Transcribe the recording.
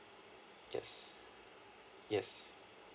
yes yes